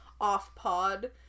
off-pod